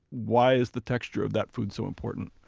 why is the texture of that food so important?